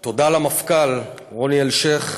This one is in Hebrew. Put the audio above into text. תודה למפכ"ל רוני אלשיך,